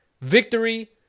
Victory